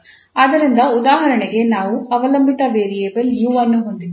ಆದ್ದರಿಂದ ಉದಾಹರಣೆಗೆ ನಾವು ಅವಲಂಬಿತ ವೇರಿಯಬಲ್ 𝑢 ಅನ್ನು ಹೊಂದಿದ್ದೇವೆ